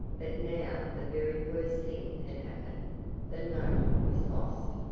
but now the very worst thing had happened the note was lost!